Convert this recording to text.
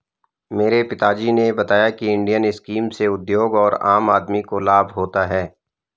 मेरे पिता जी ने बताया की इंडियन स्कीम से उद्योग और आम आदमी को लाभ होता है